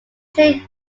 chain